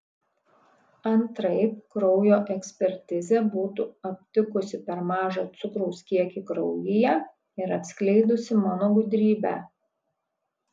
antraip kraujo ekspertizė būtų aptikusi per mažą cukraus kiekį kraujyje ir atskleidusi mano gudrybę